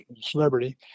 celebrity